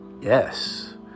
Yes